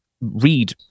read